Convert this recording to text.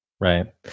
Right